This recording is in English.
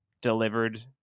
delivered